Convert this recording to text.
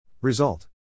Result